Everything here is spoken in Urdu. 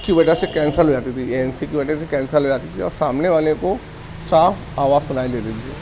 کی وجہ سے کینسل ہو جاتی تھی اے این سی کی وجہ سے کینسل ہو جاتی تھی اور سامنے والے کو صاف آواز سنائی دیتی تھی